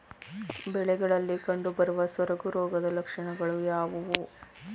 ಬೆಳೆಗಳಲ್ಲಿ ಕಂಡುಬರುವ ಸೊರಗು ರೋಗದ ಲಕ್ಷಣಗಳು ಯಾವುವು?